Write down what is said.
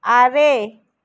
ᱟᱨᱮ